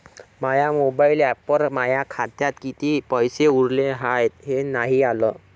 माया mobile ॲपवर माया खात्यात किती पैसे उरले हाय हे नाही आलं